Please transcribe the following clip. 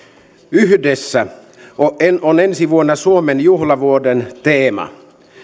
yhdessä on ensi vuonna suomen juhlavuoden teema